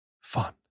fun